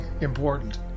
important